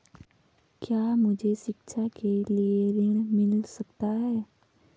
क्या मुझे शिक्षा के लिए ऋण मिल सकता है?